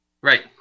Right